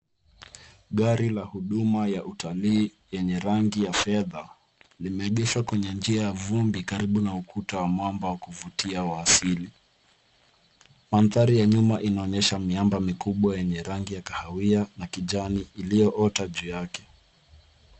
Gari ya huduma ya utalii yenye rangi ya fedha limeegeshwa kwenye njia ya vumbi karibu na ukuta wa mwamba wa kuvutia wa asili. Mandhari ya nyuma inaonyesha miamba mikubwa yenye rangi ya kahawia na kijani iliyoota juu yake.